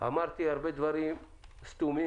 אמרתי הרבה דברים סתומים,